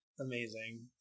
Amazing